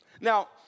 Now